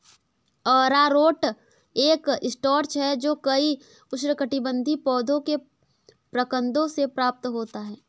अरारोट एक स्टार्च है जो कई उष्णकटिबंधीय पौधों के प्रकंदों से प्राप्त होता है